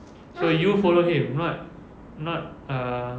so you follow him not not uh